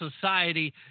society